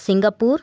Singapore